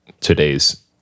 today's